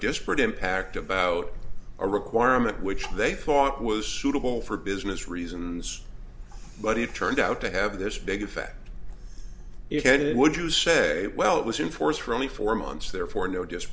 disparate impact about a requirement which they thought was suitable for business reasons but it turned out to have this big effect it had it would you say well it was in force for only four months therefore no